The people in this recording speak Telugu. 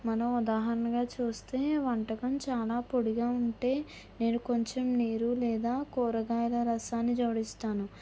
మనం ఉదాహరణగా చూస్తే వంటకం చాలా పొడిగా ఉంటే నేను కొంచెం నీరు లేదా కూరగాయల రసాన్ని జోడిస్తాను